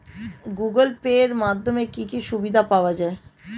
Google Pay এর মাধ্যমে কি কি সুবিধা পাওয়া যায়?